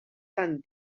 tant